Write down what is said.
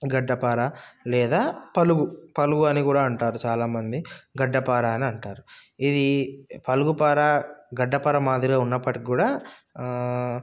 గడ్డపార లేదా పలుగు పలుగు అని కూడా అంటారు చాలా మంది గడ్డపార అని అంటారు ఇది పలుగుపార గడ్డపార మాదిరిగా ఉన్నప్పటికీ కూడా